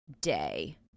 day